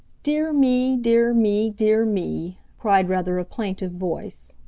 dear me! dear me! dear me! cried rather a plaintive voice.